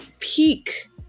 peak